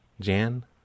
Jan